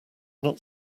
not